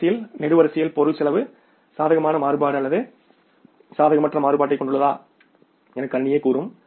கடைசி நெடுவரிசையில் பொருள் செலவு சாதகமான மாறுபாடு அல்லது சாதகமற்ற மாறுபாட்டைக் கொண்டுள்ளதா என கணினி கூறும்